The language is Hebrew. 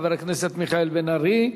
לחבר הכנסת מיכאל בן-ארי,